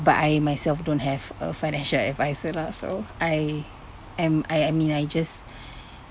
but I myself don't have a financial adviser lah so I am I I mean I just